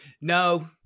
No